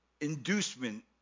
inducement